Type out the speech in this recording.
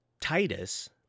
Titus